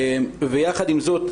יחד עם זאת,